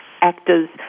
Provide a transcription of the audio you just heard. actors